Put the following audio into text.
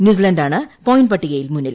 ന്യൂസിലാന്റാണ് point പട്ടികയിൽ മുന്നിൽ